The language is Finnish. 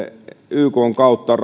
ykn kautta on